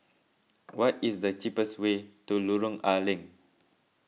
what is the cheapest way to Lorong A Leng